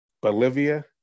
Bolivia